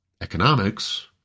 economics